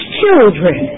children